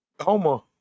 Homer